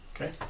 Okay